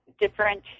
different